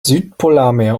südpolarmeer